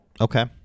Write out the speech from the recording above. Okay